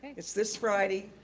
it's this friday,